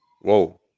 whoa